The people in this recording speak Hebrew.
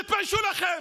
תתביישו לכם.